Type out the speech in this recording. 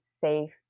safe